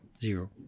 Zero